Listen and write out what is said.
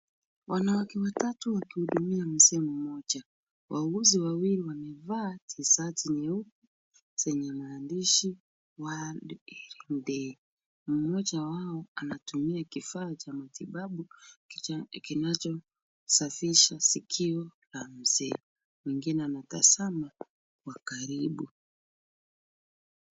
Wanawake watatu wakihudumia mzee mmoja. Wauguzi wawili wamevaa t-shati nyeupe zenye maandishi world hearing day . Mmoja wao anatuma kifaa cha matibabu kinachosafisha sikio la mzee. Mwingine anatazama kwa karibu.